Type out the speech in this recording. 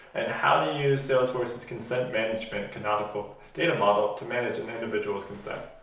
and how to use salesforce's consent management canonical data model to manage an individual's consent,